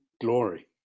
glory